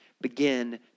begin